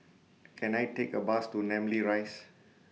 Can I Take A Bus to Namly Rise